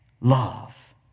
love